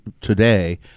today—